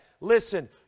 listen